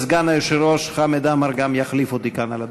וסגן היושב-ראש חמד עמאר גם יחליף אותי כאן על הדוכן.